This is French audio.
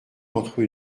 entre